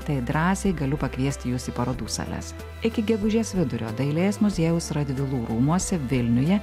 tai drąsiai galiu pakviesti juos į parodų sales iki gegužės vidurio dailės muziejaus radvilų rūmuose vilniuje